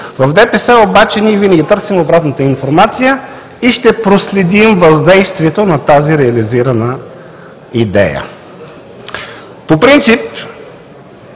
В ДПС обаче ние винаги търсим обратната информация и ще проследим въздействието на тази реализирана идея. По принцип